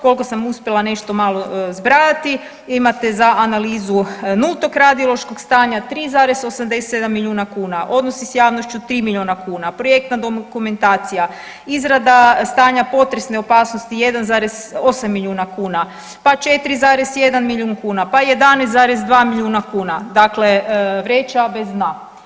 Koliko sam uspjela nešto malo zbrajati imate za analizu nultog radiološkog stanja 3,87 milijuna kuna, odnosi s javnošću 3 miliona kuna, projektna dokumentacija, izrada stanja potresne opasnosti 1,8 milijuna kuna, pa 4,1 milijun kuna, pa 11,2 milijuna kuna, dakle vreća bez dna.